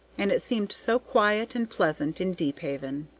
and it seemed so quiet and pleasant in deephaven.